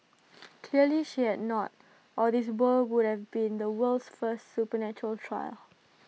clearly she had not or this ball would have been the world's first supernatural trial